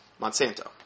Monsanto